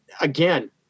again